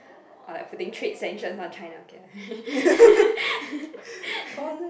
or like putting trades tensions on China okay lah